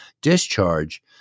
discharge